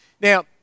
Now